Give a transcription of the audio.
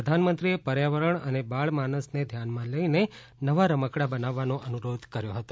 પ્રધાનમંત્રીએ પર્યાવરણ અને બાળમાનસને ધ્યાનમાં લઇને નવા રમકડા બનાવવા અનુરોધ કર્યો હતો